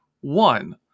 one